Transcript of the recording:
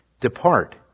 Depart